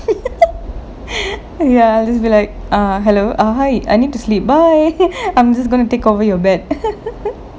ya just be like uh hello ah hi I need to sleep bye I'm just going to take over your bed